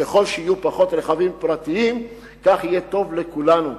ככל שיהיו פחות רכבים פרטיים כך יהיה טוב לכולנו.